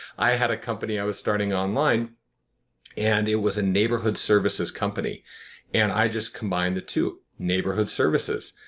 i had a company i was starting online and it was a neighborhood services company and i just combined the two, neighborhood services.